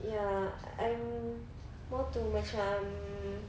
ya I'm more to macam